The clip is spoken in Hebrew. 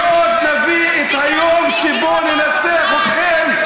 ועוד נביא את היום שבו ננצח אתכם,